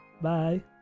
Bye